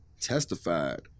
testified